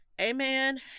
Amen